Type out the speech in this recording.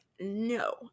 no